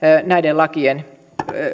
näiden lakien